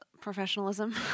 professionalism